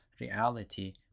reality